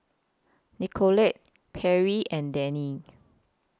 Nikole Perri and Dennie